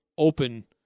open